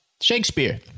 Shakespeare